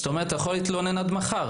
זאת אומרת אתה יכול להתלונן עד מחר.